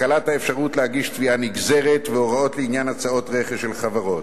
הקלת האפשרות להגיש תביעה נגזרת והוראות לעניין הצעות רכש של חברות.